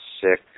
sick